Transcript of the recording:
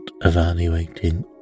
evaluating